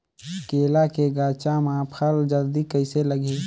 केला के गचा मां फल जल्दी कइसे लगही?